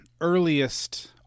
earliest